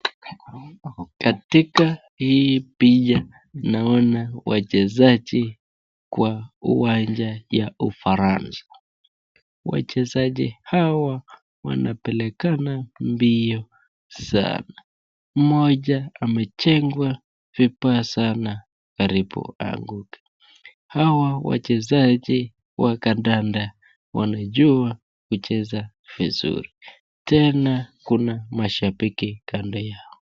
Katika hii picha naona wachezaji kwa uwanja ya Ufaransa. Wachezaji hawa wanapelekana mbio sana. Mmoja amechengwa vibaya sana karibu aanguke. Hawa wachezaji wa kandanda wanajua kucheza vizuri. Tena kuna mashabiki kando yao.